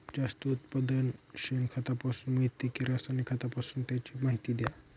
जास्त उत्पादन शेणखतापासून मिळते कि रासायनिक खतापासून? त्याची माहिती द्या